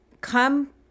come